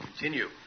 continue